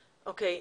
אוקיי.